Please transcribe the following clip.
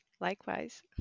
Likewise